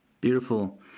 Beautiful